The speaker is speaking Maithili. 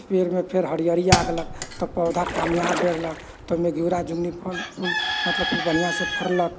तब पेड़मे फेर हरिअरी आ गेलक तऽ पौधा कामयाब भेलक तऽ ओहिमे घिउरा झुंगनी फल फूल मतलब खूब बढ़िऑं से फड़लक